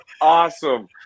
awesome